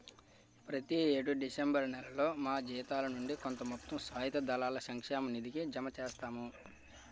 ప్రతి యేడు డిసెంబర్ నేలలో మా జీతాల నుండి కొంత మొత్తం సాయుధ దళాల సంక్షేమ నిధికి జమ చేస్తాము